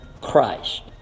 Christ